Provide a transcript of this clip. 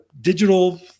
digital